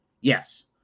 Yes